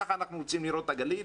ככה אנחנו רוצים לראות את הגליל?